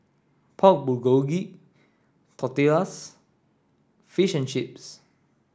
Pork Bulgogi Tortillas Fish and Chips